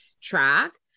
track